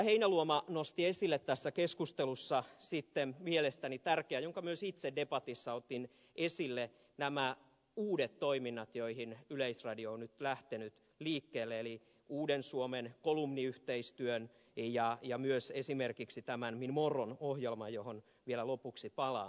heinäluoma nosti esille tässä keskustelussa mielestäni tärkeän asian jonka myös itse debatissa otin esille nämä uudet toiminnat joihin yleisradio on nyt lähtenyt liikkeelle eli uuden suomen kolumniyhteistyön ja myös esimerkiksi tämän min morgon ohjelman johon vielä lopuksi palaan